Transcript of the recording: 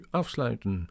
afsluiten